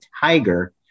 tiger